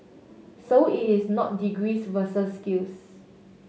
so it is not degrees versus skills